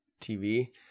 tv